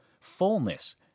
fullness